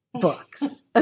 books